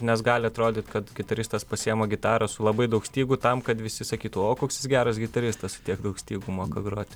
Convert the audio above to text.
nes gali atrodyt kad gitaristas pasiima gitarą su labai daug stygų tam kad visi sakytų o koks jis geras gitaristas tiek daug stygų moka groti